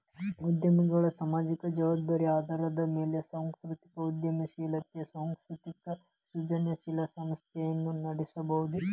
ಉದ್ಯಮಿಗಳ ಸಾಮಾಜಿಕ ಜವಾಬ್ದಾರಿ ಆಧಾರದ ಮ್ಯಾಲೆ ಸಾಂಸ್ಕೃತಿಕ ಉದ್ಯಮಶೇಲತೆ ಸಾಂಸ್ಕೃತಿಕ ಸೃಜನಶೇಲ ಸಂಸ್ಥೆನ ನಡಸಬೋದು